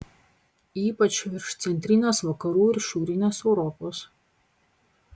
ypač virš centrinės vakarų ir šiaurinės europos